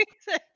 Six